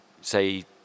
say